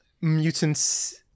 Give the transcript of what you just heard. mutants